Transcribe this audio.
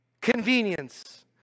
convenience